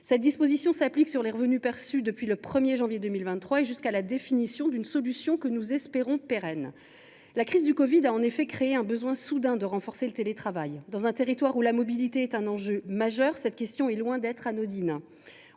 Cette disposition s’applique sur les revenus perçus depuis le 1 janvier 2023 et jusqu’à la définition d’une solution que nous espérons pérenne. La crise de la covid 19 a en effet créé un besoin soudain de renforcer le télétravail. Dans un territoire où la mobilité est un enjeu majeur, cette question est loin d’être anodine.